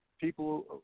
people